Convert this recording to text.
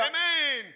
Amen